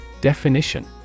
Definition